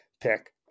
pick